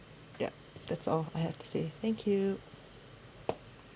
yup that's all I have to say thank you